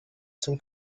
zum